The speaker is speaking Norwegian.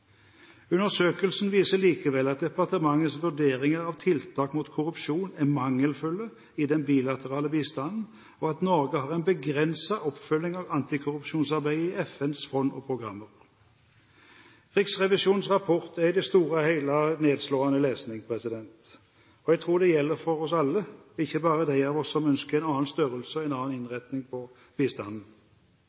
Undersøkelsen viser likevel at departementets vurderinger av tiltak mot korrupsjon er mangelfulle i den bilaterale bistanden, og at Norge har en begrenset oppfølging av antikorrupsjonsarbeidet i FNs fond og programmer. Riksrevisjonens rapport er i det store og hele nedslående lesning. Jeg tror det gjelder for oss alle, ikke bare de av oss som ønsker en annen størrelse og en annen innretning på bistanden.